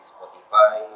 Spotify